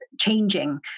changing